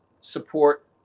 support